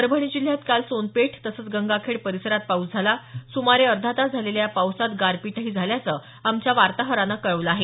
परभणी जिल्ह्यात काल सोनपेठ तसंच गंगाखेड परिसरात पाऊस झाला सुमारे अर्धा तास झालेल्या या पावसात गारपीटही झाल्याचं आमच्या वार्ताहरानं कळवलं आहे